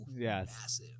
yes